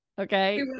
Okay